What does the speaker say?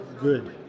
good